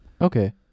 Okay